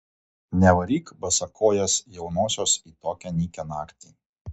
nevaryk basakojės jaunosios į tokią nykią naktį